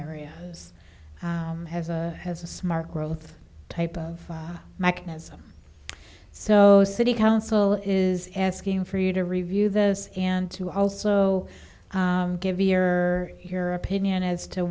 area has a has a smart growth type of mechanism so city council is asking for you to review this and to also give your your opinion as to